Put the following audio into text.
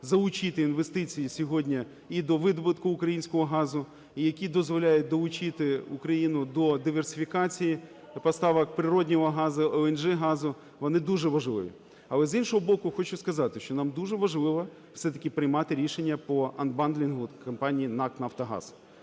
залучити інвестиції сьогодні і до видобутку українського газу, і які дозволяють долучити Україну до диверсифікації поставок природнього газу, "Еленджі" газу, вони дуже важливі. Але, з іншого боку, хочу сказати, що нам дуже важливо все-таки приймати рішення по анбандлігу компанії НАК "Нафтогаз".